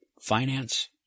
finance